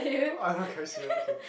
okay